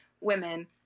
women